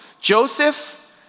Joseph